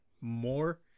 more